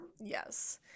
Yes